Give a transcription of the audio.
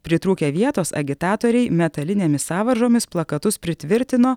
pritrūkę vietos agitatoriai metalinėmis sąvaržomis plakatus pritvirtino